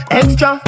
extra